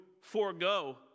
forego